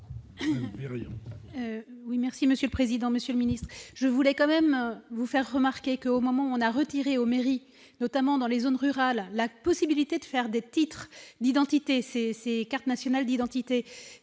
merci Monsieur le président, Monsieur le Ministre, je voulais quand même vous faire remarquer que, au moment où on a retiré aux mairies notamment dans les zones rurales, la possibilité de faire des titres d'identité, c'est ces cartes nationales d'identité